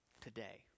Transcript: today